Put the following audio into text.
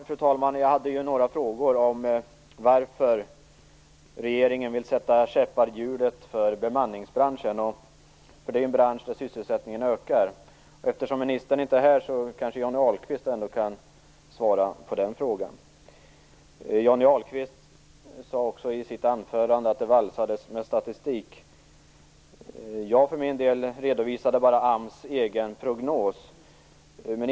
Fru talman! Jag hade några frågor om varför regeringen vill sätta käppar i hjulet för bemanningsbranschen. Det är en bransch där sysselsättningen ökar. Eftersom ministern inte är här kan kanske Johnny Ahlqvist svara på den frågan. Johnny Ahlqvist sade i sitt anförande att det valsades med statistik. Jag för min del redovisade bara AMS egen prognos.